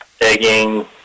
egging